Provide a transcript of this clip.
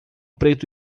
preto